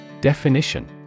Definition